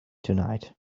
tonight